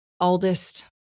oldest